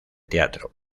teatro